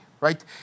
right